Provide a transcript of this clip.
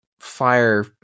fire